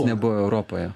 nebuvo europoje